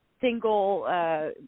single